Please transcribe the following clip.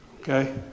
Okay